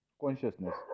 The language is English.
consciousness